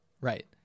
Right